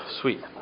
Sweet